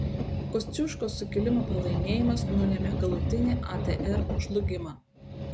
kosciuškos sukilimo pralaimėjimas nulėmė galutinį atr žlugimą